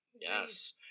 Yes